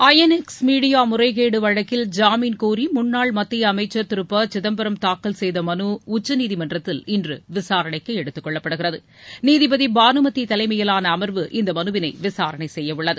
ஐ N X media முறைகேடு வழக்கில் ஜாமின் கோரி முன்னாள் மத்திய அமைச்சர் திரு ப சிதம்பரம் தாக்கல் செய்த மனு உச்சநீதிமன்றத்தில் இன்று விசாரணைக்கு எடுத்துக்கொள்ளப்படுகிறது நீதிபதி பானுமதி தலைமையிலான அமர்வு இந்த மனுவினை விசாரணை செய்ய உள்ளது